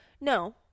No